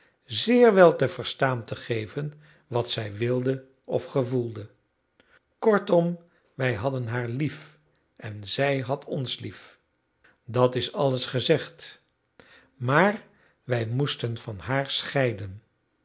zeer wel te verstaan te geven wat zij wilde of gevoelde kortom wij hadden haar lief en zij had ons lief dat is alles gezegd maar wij moesten van haar scheiden